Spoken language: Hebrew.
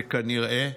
וכנראה,